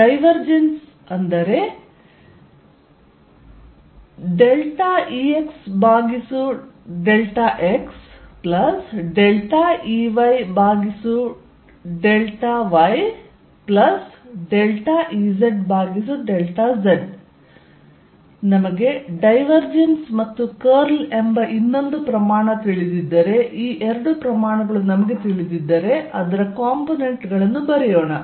divergence ExδxEyδyEzδz ನಮಗೆ divergence ಮತ್ತು curl ಎಂಬ ಇನ್ನೊಂದು ಪ್ರಮಾಣ ತಿಳಿದಿದ್ದರೆ ಈ ಎರಡು ಪ್ರಮಾಣಗಳು ನಮಗೆ ತಿಳಿದಿದ್ದರೆ ಅದರ ಕಾಂಪೊನೆಂಟ್ ಗಳನ್ನು ಬರೆಯೋಣ